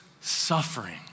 suffering